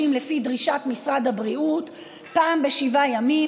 שאנשים יצטרכו לפי דרישת משרד הבריאות פעם בשבעה ימים,